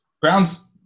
Brown's